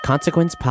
Consequence